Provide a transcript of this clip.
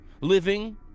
living